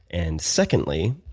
and secondly,